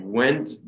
went